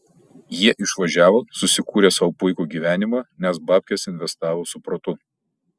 jie išvažiavo susikūrė sau puikų gyvenimą nes babkes investavo su protu